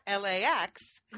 LAX